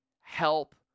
help